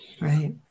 Right